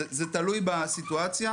זה תלוי בסיטואציה.